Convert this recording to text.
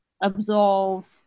absolve